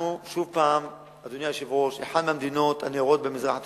אנחנו אחת המדינות הנאורות במזרח התיכון,